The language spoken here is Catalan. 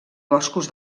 boscos